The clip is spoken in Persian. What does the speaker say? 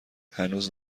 هنوز